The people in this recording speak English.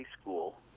school